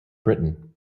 britain